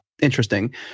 interesting